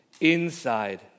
inside